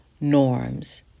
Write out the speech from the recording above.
norms